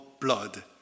blood